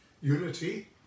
unity